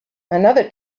another